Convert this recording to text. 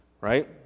Right